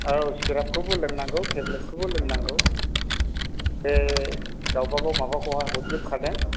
औ सिराबखौबो लोंनांगौ टेब्लेटखौबो लोंनांगौ बे गावबा गाव माबा खौहा हरजोबखादों